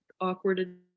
awkward